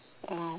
oh